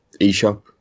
eShop